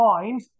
mind